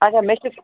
اچھا مےٚ چھِ